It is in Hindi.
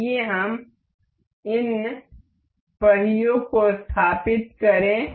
आइए हम इन पहियों को स्थापित करें